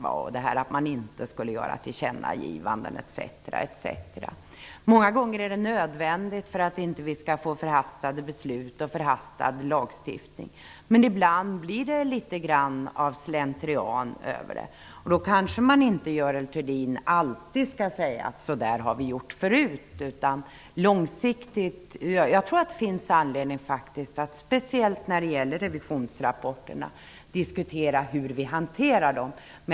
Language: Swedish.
Man skulle inte göra tillkännagivanden etc. Många gånger är det nödvändigt för att vi inte skall få förhastade beslut och förhastad lagstiftning. Men ibland går det litet slentrian i hanteringen. Man kanske inte alltid skall säga, Görel Thurdin, att så har vi gjort förut. Jag tror faktiskt att det finns anledning att, särskilt när det gäller revisionsrapporterna, diskutera hanteringen.